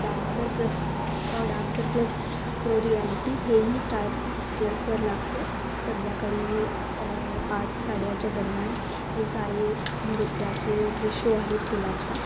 dancer plus dancer plus pro reality हेही star प्लसवर लागतं संध्याकाळी आठ साडेआठच्या दरम्यान हे सारे नृत्याचे जे शो आहेत ते लागतात